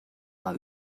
war